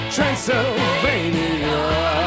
Transylvania